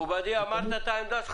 מכובדי, אמרת את העמדה שלך.